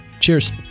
Cheers